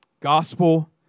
Gospel